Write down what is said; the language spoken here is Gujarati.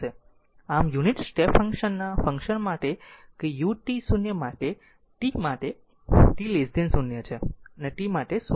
આમ યુનિટ સ્ટેપ ફંક્શન ના ફંક્શન માટે કે u t 0 માટે t માટે t 0 છે અને t માટે 0 છે